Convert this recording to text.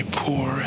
poor